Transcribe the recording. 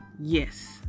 Yes